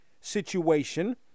situation